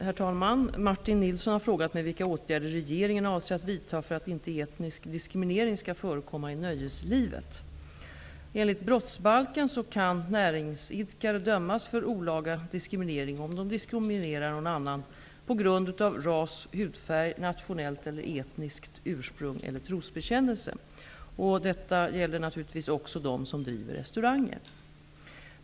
Herr talman! Martin Nilsson har frågat mig vilka åtgärder regeringen avser att vidta för att inte etnisk diskriminering skall förekomma i nöjeslivet. Enligt brottsbalken kan näringsidkare dömas för olaga diskriminering om de diskriminerar någon på grund av ras, hudfärg, nationellt eller etniskt ursprung eller trosbekännelse. Detta gäller naturligtvis också dem som driver restauranger.